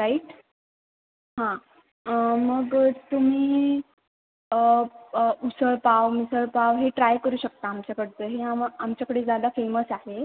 right हां मग तुम्ही उसळपाव मिसळपाव हे ट्राय करू शकता आमच्याकडचं हे आम आमच्याकडे जादा फेमस आहे